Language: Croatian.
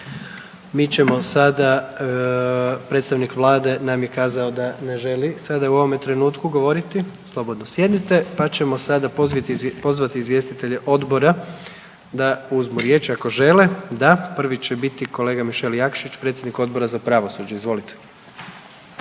Mi ćemo sada predstavnik Vlade nam je kazao da ne želi sada u ovome trenutku govoriti. Slobodno sjednite, pa ćemo sada pozvati izvjestitelje Odbora da uzmu riječ ako žele. Da. Prvi će biti kolega Mišel Jakšić, predsjednik Odbora za pravosuđe. Izvolite.